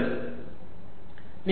E